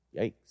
Yikes